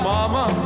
Mama